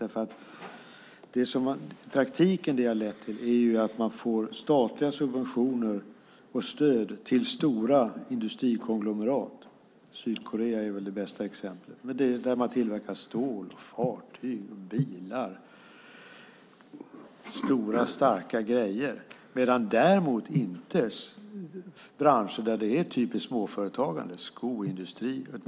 Det som detta i praktiken har lett till är nämligen att man får statliga subventioner och stöd till stora industrikonglomerat - Sydkorea är väl det bästa exemplet - där det tillverkas stål, fartyg och bilar, stora starka grejer. Det handlar däremot inte om branscher där det är typiskt småföretagande, åtminstone i början.